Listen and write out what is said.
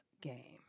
Game